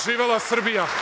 Živela Srbija!